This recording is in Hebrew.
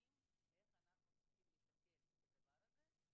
איך אנחנו צריכים לתקן את הדבר הזה.